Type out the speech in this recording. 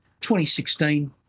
2016